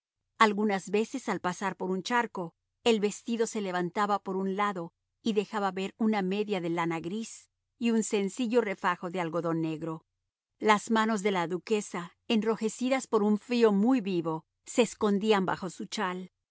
algunas veces al pasar por un charco el vestido se levantaba por un lado y dejaba ver una media de lana gris y un sencillo refajo de algodón negro las manos de la duquesa enrojecidas por un frío muy vivo se escondían bajo su chal